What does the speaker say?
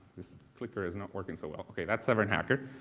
this clicker is not working so well ok that's severin hacker,